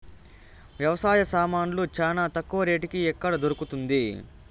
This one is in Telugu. వ్యవసాయ సామాన్లు చానా తక్కువ రేటుకి ఎక్కడ దొరుకుతుంది?